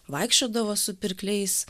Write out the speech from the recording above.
vaikščiodavo su pirkliais